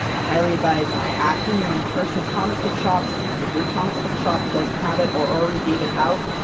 i highly advise asking your own personal comic book shops. if your comic book shop doesn't have it or already gave it out,